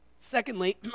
Secondly